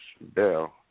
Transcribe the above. Bell